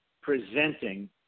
presenting